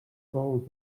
though